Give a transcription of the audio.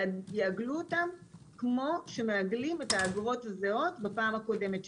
יעגלו אותם כמו שמעגלים את האגרות הזהות בפעם הקודמת.